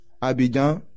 Abidjan